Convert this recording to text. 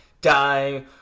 Die